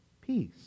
peace